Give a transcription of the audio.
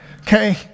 okay